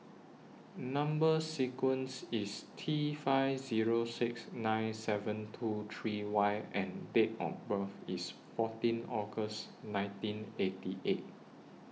Number sequence IS T five Zero six nine seven two three Y and Date of birth IS fourteen August nineteen eighty eight